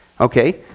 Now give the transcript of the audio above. Okay